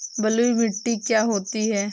बलुइ मिट्टी क्या होती हैं?